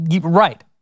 Right